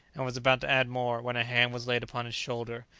and was about to add more, when a hand was laid upon his shoulder,